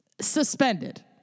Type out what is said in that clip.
suspended